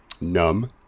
numb